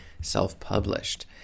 self-published